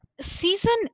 season